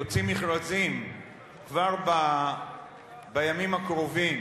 יוצאים מכרזים כבר בימים הקרובים,